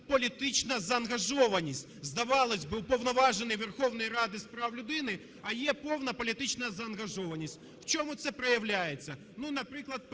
політична заангажованість. Здавалось би, Уповноважений Верховної Ради з прав людини, а є повна політична заангажованість. В чому це проявляється?